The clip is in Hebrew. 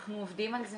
אנחנו עובדים על זה